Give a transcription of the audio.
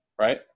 Right